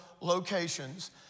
locations